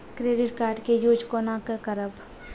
Credit card के use कोना के करबऽ?